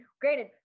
granted